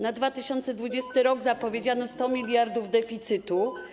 Na 2020 r. zapowiedziano 100 mld deficytu.